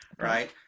Right